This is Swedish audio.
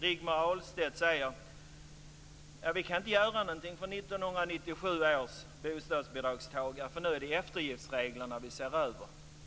Rigmor Ahlstedt säger: Vi kan inte göra något för 1997 års bostadsbidragstagare, för nu är det eftergiftsreglerna vi ser över.